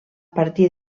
partir